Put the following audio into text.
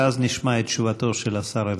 ואז נשמע את תשובתו של השר ארדן.